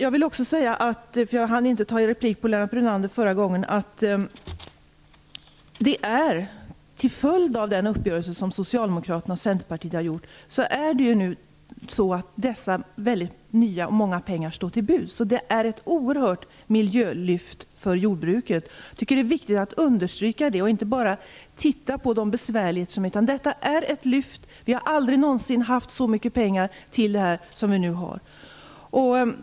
Till Lennart Brunander vill jag säga att till följd av den uppgörelse som Centerpartiet och Socialdemokraterna har träffat står dessa nya pengar till buds. Detta är ett oerhört miljölyft för jordbruket. Jag tycker att det är viktigt att understryka det och inte bara se på de besvärligheter som finns. Vi har aldrig någonsin haft så mycket pengar för detta ändamål som vi nu har.